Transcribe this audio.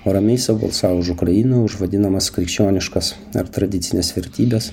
o ramiai sau balsavo už ukrainą už vadinamas krikščioniškas ar tradicines vertybes